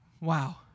Wow